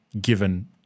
given